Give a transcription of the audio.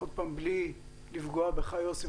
עוד פעם, בלי לפגוע בך, יוסי.